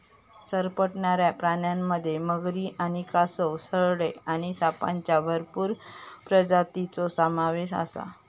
सरपटणाऱ्या प्राण्यांमध्ये मगरी आणि कासव, सरडे आणि सापांच्या भरपूर प्रजातींचो समावेश आसा